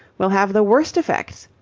will have the worst effects.